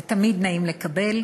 זה תמיד נעים לקבל.